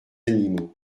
animaux